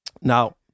now